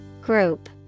Group